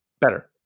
better